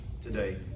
today